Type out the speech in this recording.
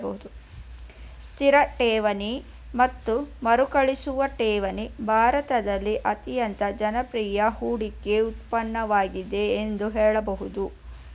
ಸ್ಥಿರ ಠೇವಣಿ ಮತ್ತು ಮರುಕಳಿಸುವ ಠೇವಣಿ ಭಾರತದಲ್ಲಿ ಅತ್ಯಂತ ಜನಪ್ರಿಯ ಹೂಡಿಕೆ ಉತ್ಪನ್ನವಾಗಿದೆ ಎಂದು ಹೇಳಬಹುದು